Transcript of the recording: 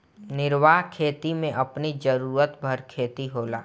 निर्वाह खेती में अपनी जरुरत भर खेती होला